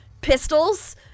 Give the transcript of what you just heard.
pistols